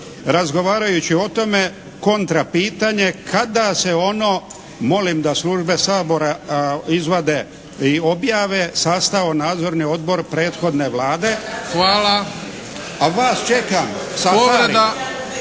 razgovarajući o tome kontra pitanje kada se ono, molim da službe Sabora izvade i objave, sastao Nadzorni odbor prethodne Vlade? **Šeks,